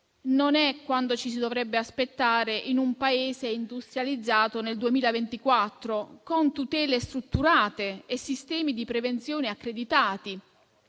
Non è quanto ci si dovrebbe aspettare in un Paese industrializzato nel 2024, con tutele strutturate e sistemi di prevenzione accreditati.